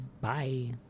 Bye